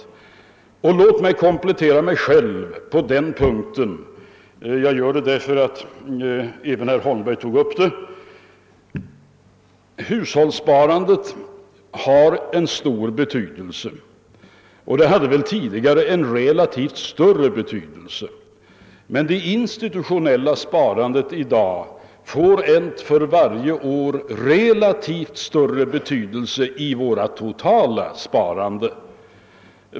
Låt mig få komplettera mig själv på den punkten. Jag gör det därför att även herr Gustafson i Göteborg tog upp det. Detta sparande har en stor betydelse. Tidigare hade det en relativt sett större betydelse, men det institutionella sparandet i dag får en för varje år relativt sett större betydelse i vårt totala sparande.